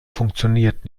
funktioniert